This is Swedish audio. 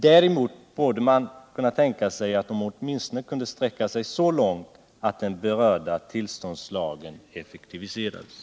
Däremot borde man kunna tänka sig att de åtminstone kunde sträcka sig så långt att den berörda tillståndstagen etfektiviserades.